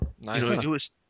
Nice